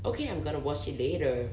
okay I'm going to watch it later